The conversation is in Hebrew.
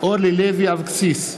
אורלי לוי אבקסיס,